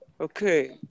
okay